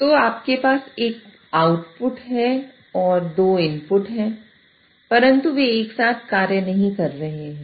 तो आपके पास एक आउटपुट और दो इनपुट है परंतु वे एक साथ कार्य नहीं कर रहे हैं